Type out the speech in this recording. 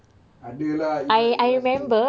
ada lah iras-iras dia